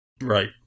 Right